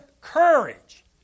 courage